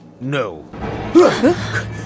No